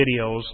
videos